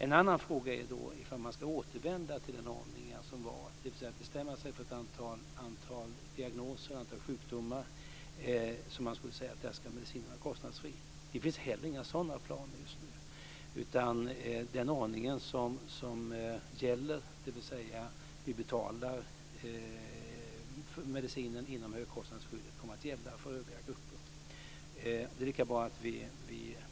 En annan fråga är då om man ska återvända till den ordning som var, dvs. bestämma sig för ett antal sjukdomar där medicinen skulle vara kostnadsfri. Det finns inte heller några sådana planer just nu. Den ordning som gäller, dvs. att vi betalar för medicinen inom högkostnadsskyddet, kommer att gälla för övriga grupper.